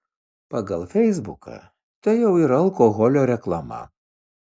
pagal feisbuką tai jau yra alkoholio reklama